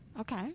okay